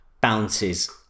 bounces